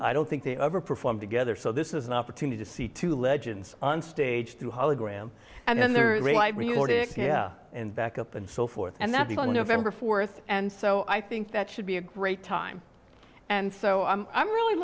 i don't think they ever performed together so this is an opportunity to see two legends on stage to hologram and yeah and backup and so forth and that the on november th and so i think that should be a great time and so i'm i'm really